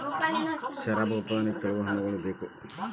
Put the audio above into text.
ಶರಾಬು ಉತ್ಪಾದನೆಗೆ ಕೆಲವು ಹಣ್ಣುಗಳ ಬೇಕು